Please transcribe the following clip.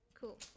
Cool